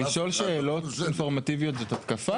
לשאול שאלות אינפורמטיביות זאת התקפה?